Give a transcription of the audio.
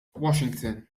washington